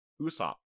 Usopp